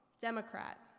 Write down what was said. Democrat